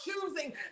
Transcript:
choosing